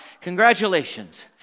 Congratulations